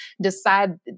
decide